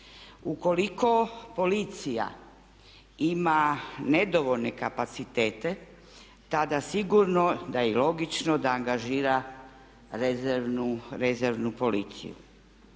Ukoliko policija ima nedovoljne kapacitete tada sigurno da je i logično da angažira rezervnu policiju.